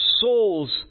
souls